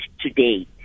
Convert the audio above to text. today